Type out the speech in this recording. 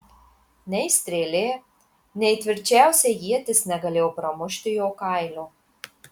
nei strėlė nei tvirčiausia ietis negalėjo pramušti jo kailio